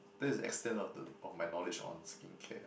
that is the extent of the of my knowledge on skincare